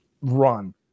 run